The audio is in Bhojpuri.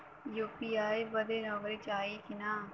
यू.पी.आई बदे नौकरी चाही की ना?